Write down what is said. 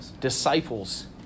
Disciples